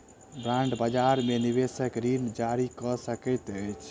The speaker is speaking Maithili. बांड बजार में निवेशक ऋण जारी कअ सकैत अछि